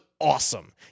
awesome